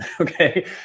Okay